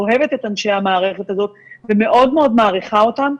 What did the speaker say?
אוהבת את אנשי המערכת הזאת ומאוד מאוד מעריכה אותם,